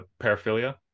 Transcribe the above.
paraphilia